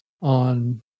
on